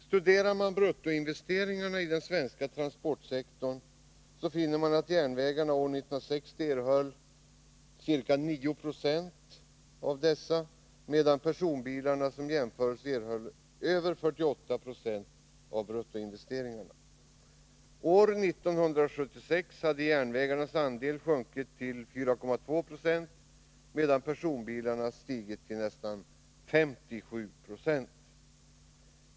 Studerar man bruttoinvesteringarna i den svenska transportsektorn finner man att järnvägarna år 1960 erhöll ca 9 26 av dessa, medan personbilarna som jämförelse erhöll över 48 90. År 1976 hade järnvägarnas andel sjunkit till 4,2 26, medan personbilarnas andel hade stigit till nästan 57 90.